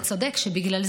קדימה.